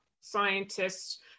scientists